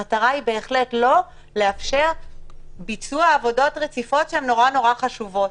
המטרה היא לא לאפשר ביצוע עבודות רציפות שהן נורא נורא חשובות.